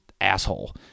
asshole